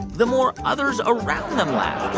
the more others around them laughed